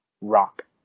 rock